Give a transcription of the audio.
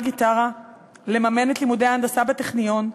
גיטרה לממן את לימודי ההנדסה בטכניון,